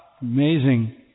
Amazing